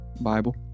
Bible